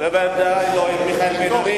האמת היא,